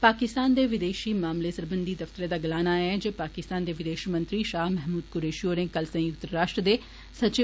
पाकिस्तान दे विदेषी मामले सरबंधी दफ्तरै दा गलाना ऐ जे पाकिस्तानदे विदेष मंत्री षाह महमूदकुरैषी होर कल संयुक्त राष्ट्र दे सचिव